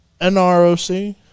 NROC